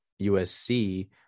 USC